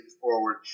forward